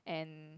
and